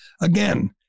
Again